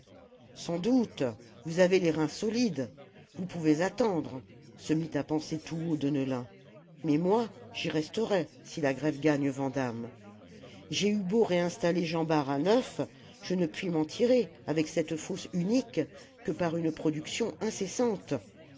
sans doute vous avez les reins solides vous pouvez attendre se mit à penser tout haut deneulin mais moi j'y resterai si la grève gagne vandame j'ai eu beau réinstaller jean bart à neuf je ne puis m'en tirer avec cette fosse unique que par une production incessante